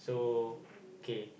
so okay